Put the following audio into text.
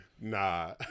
Nah